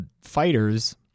fighters